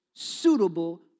suitable